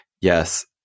Yes